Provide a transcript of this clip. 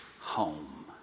home